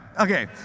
Okay